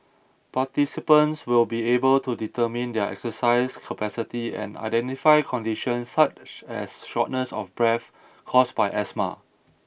participants will be able to determine their exercise capacity and identify conditions such as shortness of breath caused by asthma